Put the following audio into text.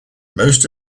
most